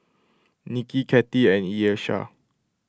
Nicki Kathie and Iesha